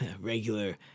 regular